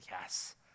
yes